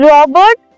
Robert